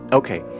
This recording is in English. okay